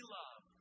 love